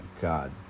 God